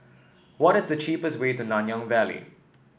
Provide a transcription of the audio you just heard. what is the cheapest way to Nanyang Valley